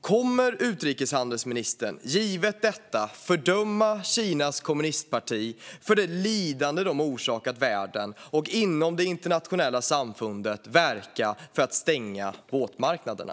Kommer utrikeshandelsministern, givet detta, att fördöma Kinas kommunistparti för det lidande man har orsakat världen och inom det internationella samfundet verka för att stänga våtmarknaderna?